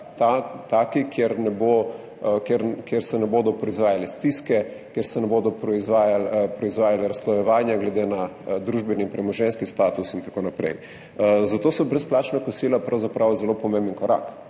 kjer ne bodo proizvajale stiske, ker se ne bodo proizvajala razslojevanja glede na družbeni in premoženjski status in tako naprej. Zato so brezplačna kosila pravzaprav zelo pomemben korak.